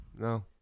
No